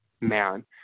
man